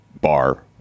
bar